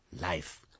life